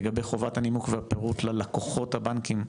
לגבי חובת הנימוק והפירוט ללקוחות הבנקים,